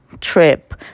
trip